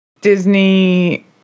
disney